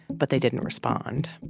but they didn't respond.